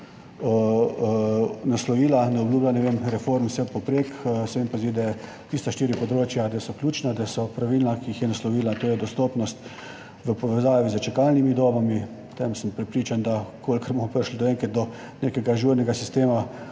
naslovila. Ne obljublja, ne vem, reform vse povprek, se mi pa zdi, da je tista štiri področja, da so ključna, da so pravilna, ki jih je naslovila. To je dostopnost v povezavi s čakalnimi dobami. V tem sem prepričan, da v kolikor bomo prišli do Nekega ažurnega sistema